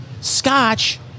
scotch